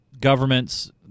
governments